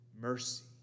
mercy